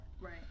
Right